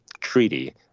treaty